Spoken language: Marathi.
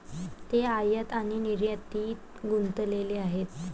ते आयात आणि निर्यातीत गुंतलेले आहेत